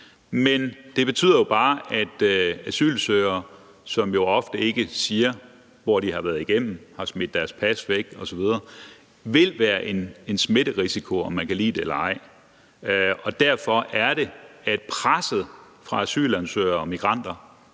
Men det betyder jo bare, at asylsøgere, som jo ofte ikke siger, hvilke lande de har været igennem, har smidt deres pas væk osv., vil være en smitterisiko, om man kan lide det eller ej. Derfor er det, at presset fra asylansøgere og migranter